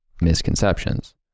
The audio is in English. misconceptions